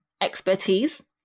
expertise